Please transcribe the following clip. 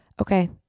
Okay